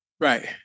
Right